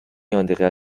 andrea